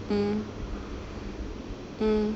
mm mm